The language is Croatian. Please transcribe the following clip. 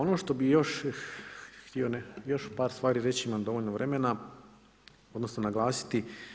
Ono što bih još htio još par stvari reći, imam dovoljno vremena odnosno naglasiti.